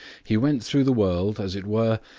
he went through the world, as it were,